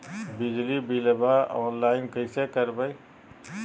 बिजली बिलाबा ऑनलाइन कैसे करबै?